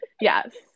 yes